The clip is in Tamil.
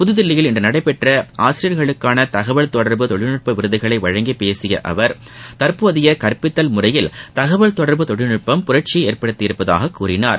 புதுதில்லியில் இன்று நடைபெற்ற ஆசிரியர்களுக்கான தகவல் தொடர்பு தொழில்நுட்ப விருதுகளை வழங்கி பேசிய அவர் தற்போதைய கற்பித்தல் முறையில் தகவல் தொடர்பு தொழில்நுட்பம் புரட்சியை ஏற்படுத்தியுள்ளதாக கூறினார்